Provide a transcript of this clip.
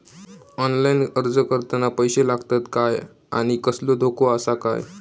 Online अर्ज करताना पैशे लागतत काय आनी कसलो धोको आसा काय?